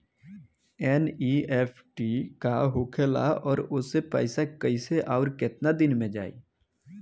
NEFT का होखेला और ओसे पैसा कैसे आउर केतना दिन मे जायी?